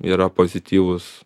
yra pozityvus